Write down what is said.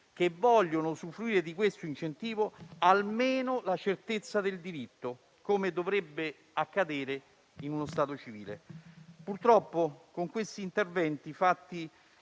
che vogliono usufruire di questo incentivo, almeno la certezza del diritto, come dovrebbe accadere in uno Stato civile. Purtroppo, con questi interventi fatti